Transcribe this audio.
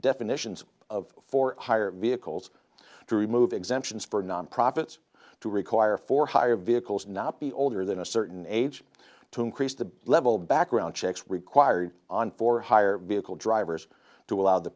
definitions of for hire vehicles to remove exemptions for non profits to require for hire vehicles and not be older than a certain age to increase the level background checks required on for hire vehicle drivers to allow